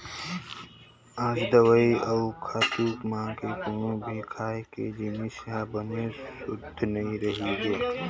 आज दवई अउ खातू के मारे कोनो भी खाए के जिनिस ह बने सुद्ध नइ रहि गे